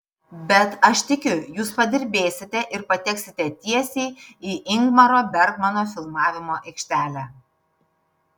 bet aš tikiu jūs padirbėsite ir pateksite tiesiai į ingmaro bergmano filmavimo aikštelę